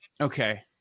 okay